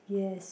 yes